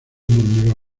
murmuró